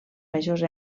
majors